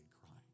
crying